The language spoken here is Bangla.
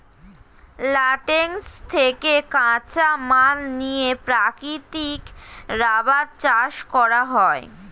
ল্যাটেক্স থেকে কাঁচামাল নিয়ে প্রাকৃতিক রাবার চাষ করা হয়